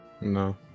no